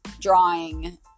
drawing